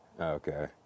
Okay